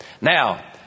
Now